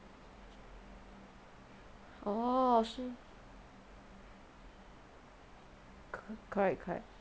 orh so co~ correct correct